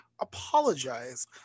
apologize